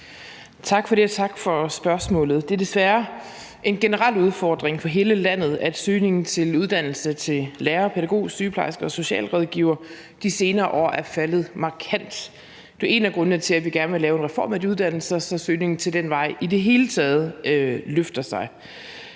Tak for det, og tak for spørgsmålet. Det er desværre en generel udfordring for hele landet, at søgningen til uddannelse til lærer, pædagog, sygeplejerske og socialrådgiver de senere år er faldet markant. Det er en af grundene til, at vi gerne vil lave en reform af de uddannelser, så søgningen til den vej i det hele taget løfter sig.